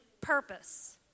purpose